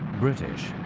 british,